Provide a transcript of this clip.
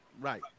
Right